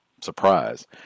surprise